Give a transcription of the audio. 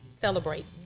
celebrate